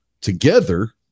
together